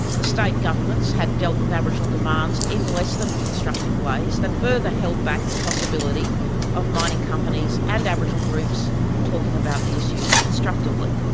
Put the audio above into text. the state governments had dealt with aboriginal demands in less than constructive ways that further held back the possibility of mining companies and aboriginal groups talking about the issues constructively.